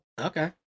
Okay